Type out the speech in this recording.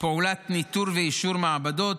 פעולת ניטור ואישור מעבדות,